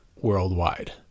worldwide